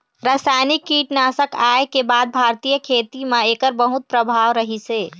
रासायनिक कीटनाशक आए के बाद भारतीय खेती म एकर बहुत प्रभाव रहीसे